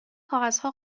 کاغذها